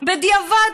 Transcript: בדיעבד.